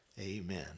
amen